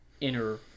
inner